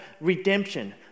redemption